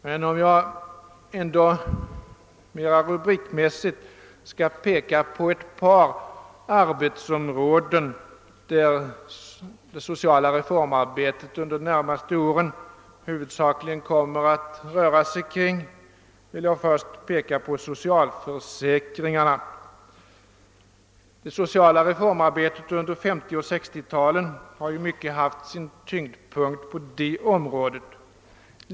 Men om jag ändå mera rubriksmässigt skall ange ett par arbetsområden, som det sociala reformarbetet under de närmaste åren huvudsakligen kommer att röra sig kring, vill jag först peka på socialförsäkringarna. Det sociala reformarbetet under 1950 och 1960-talen har i mycket haft sin tyngdpunkt på <socialförsäkringarnas område.